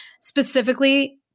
specifically